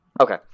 Okay